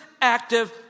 active